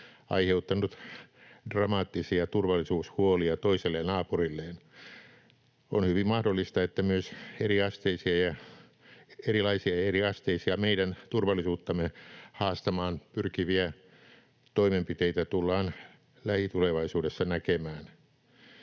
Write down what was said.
aiheuttanut dramaattisia turvallisuushuolia toiselle naapurilleen. On hyvin mahdollista, että myös erilaisia ja eriasteisia meidän turvallisuuttamme haastamaan pyrkiviä toimenpiteitä tullaan lähitulevaisuudessa näkemään.